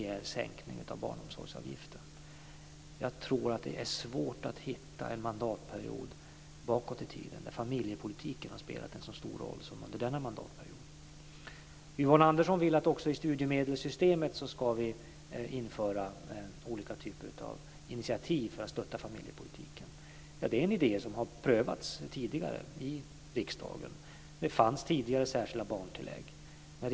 Jag tror att det är svårt att hitta en mandatperiod bakåt i tiden där familjepolitiken har spelat en så stor roll som under denna mandatperiod. Yvonne Andersson vill att vi också i studiemedelssystemet ska införa olika typer av initiativ för att stötta familjepolitiken. Det är en idé som har prövats tidigare i riksdagen. Det fanns tidigare särskilda barntillägg.